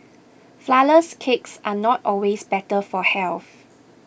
Flourless Cakes are not always better for health